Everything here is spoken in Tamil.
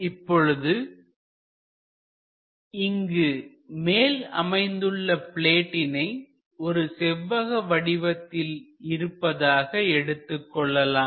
இப்பொழுது இங்கு மேல் அமைந்துள்ள பிளேட்டினை ஒரு செவ்வக வடிவத்தில் இருப்பதாக எடுத்துக்கொள்ளலாம்